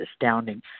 astounding